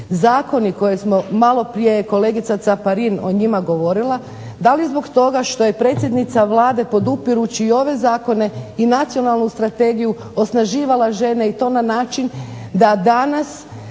zakoni koje smo, malo prije je kolegica Caparin o njima govorila, da li zbog toga što je predsjednica Vlade podupirući ove Zakone i nacionalnu strategiju osnaživala žene i to na način da danas